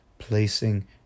Placing